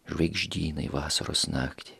žvaigždynai vasaros naktį